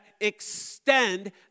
extend